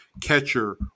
catcher